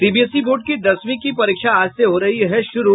CBSE board की दसवीं की परीक्षा आज से हो रही है शुरू